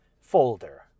folder